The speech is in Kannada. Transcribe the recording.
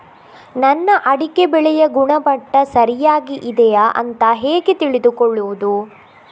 ನನ್ನ ಅಡಿಕೆ ಬೆಳೆಯ ಗುಣಮಟ್ಟ ಸರಿಯಾಗಿ ಇದೆಯಾ ಅಂತ ಹೇಗೆ ತಿಳಿದುಕೊಳ್ಳುವುದು?